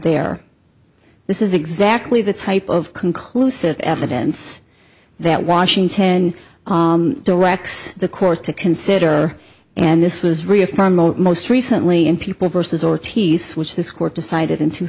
there this is exactly the type of conclusive evidence that washington and the rocks the court to consider and this was reaffirmed most recently in people versus ortiz which this court decided in two